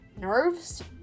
nerves